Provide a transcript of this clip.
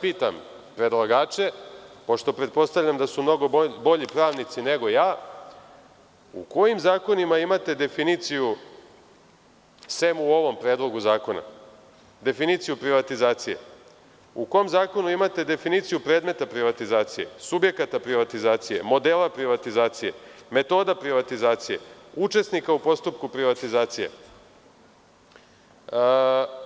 Pitam predlagače, pošto pretpostavljam da su mnogo bolji pravnici, nego ja, u kojim zakonima imate definiciju, sem u ovom predlogu zakona, privatizacije, u kom zakonu imate definiciju predmeta privatizacije, subjekata privatizacije, modela privatizacije, metoda privatizacije, učesnika u postupku privatizacije,